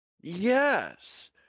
Yes